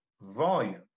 volume